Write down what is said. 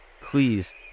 please